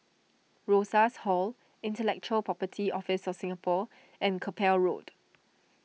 Rosas Hall Intellectual Property Office of Singapore and Keppel Road